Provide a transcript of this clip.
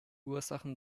ursachen